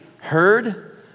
heard